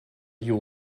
you